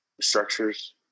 structures